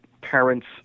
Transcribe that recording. parents